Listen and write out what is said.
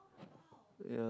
yeah